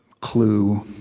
clue,